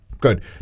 good